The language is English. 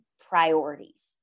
priorities